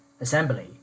assembly